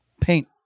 paint